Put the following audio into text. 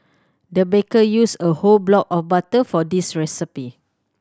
the baker used a whole block of butter for this recipe